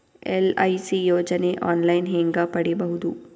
LIC ಯೋಜನೆ online ಹೇಂಗ ಪಡಿಬಹುದು?